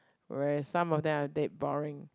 where some of them are dead boring